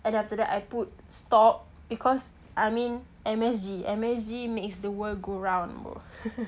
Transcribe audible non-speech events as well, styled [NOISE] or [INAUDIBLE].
and after that I put stock because I mean M_S_G M_S_G makes the world go round [LAUGHS]